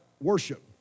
worship